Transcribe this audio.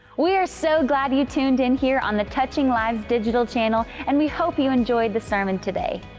we are so glad you tuned in here on the touching lives digital channel, and we hope you enjoyed the sermon today.